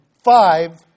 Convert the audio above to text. five